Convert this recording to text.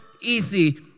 easy